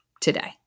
today